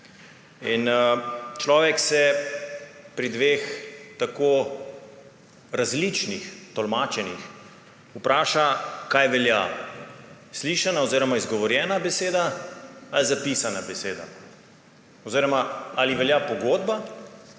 In človek se pri dveh tako različnih tolmačenjih vpraša, kaj velja. Slišana oziroma izgovorjena beseda ali zapisana beseda oziroma ali velja pogodba